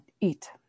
eat